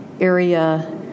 area